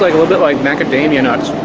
like little bit like macadamia nuts